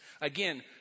Again